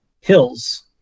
hills